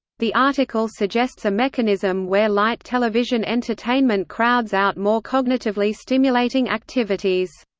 the article suggests a mechanism where light television entertainment crowds out more cognitively stimulating activities.